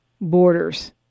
borders